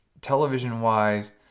television-wise